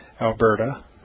Alberta